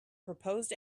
proposed